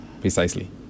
Precisely